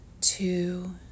two